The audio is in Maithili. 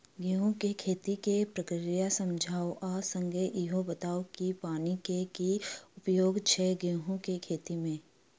गेंहूँ केँ खेती केँ प्रक्रिया समझाउ आ संगे ईहो बताउ की पानि केँ की उपयोग छै गेंहूँ केँ खेती में?